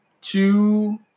two